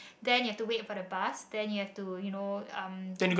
then you have to wait for the bus then you have you know um